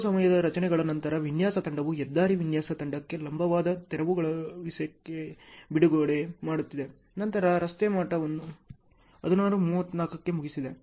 ಕೆಲವು ಸಮಯದ ರಚನೆಗಳ ನಂತರ ವಿನ್ಯಾಸ ತಂಡವು ಹೆದ್ದಾರಿ ವಿನ್ಯಾಸ ತಂಡಕ್ಕೆ ಲಂಬವಾದ ತೆರವುಗೊಳಿಸುವಿಕೆಯನ್ನು ಬಿಡುಗಡೆ ಮಾಡುತ್ತಿದೆ ನಂತರ ರಸ್ತೆ ಮಟ್ಟವನ್ನು 16 34ಕ್ಕೆ ಮುಗಿಸಿದೆ